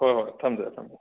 ꯍꯣꯏ ꯍꯣꯏ ꯊꯝꯖꯔꯦ ꯊꯝꯖꯔꯦ